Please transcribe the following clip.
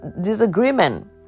disagreement